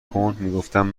کن، میگفتم